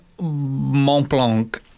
Montblanc